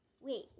wait